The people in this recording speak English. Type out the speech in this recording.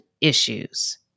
issues